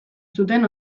zuten